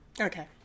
Okay